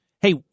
Hey